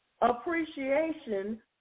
Appreciation